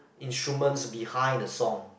instruments behind the song